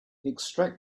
extract